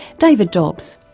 david dobbs.